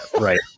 Right